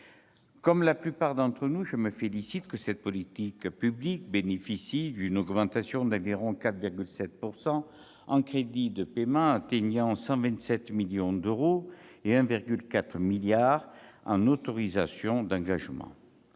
Comme la plupart d'entre nous, je me félicite que cette politique publique bénéficie d'une hausse d'environ 4,7 %, les crédits de paiement augmentant de 127 millions d'euros et les autorisations d'engagement,